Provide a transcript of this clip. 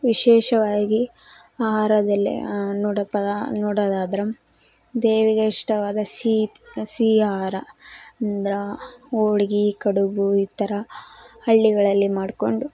ವಿಶೇಷವಾಗಿ ಆಹಾರದಲ್ಲೇ ನೋಡಪ್ಪದ ನೋಡೋದಾದ್ರೆ ದೇವಿಗೆ ಇಷ್ಟವಾದ ಸೀ ಸಿಹಿ ಆಹಾರ ಅಂದ್ರೆ ಹೋಳ್ಗೆ ಕಡುಬು ಈ ಥರ ಹಳ್ಳಿಗಳಲ್ಲಿ ಮಾಡಿಕೊಂಡು